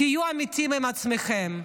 תהיו אמיתיים עם עצמכם.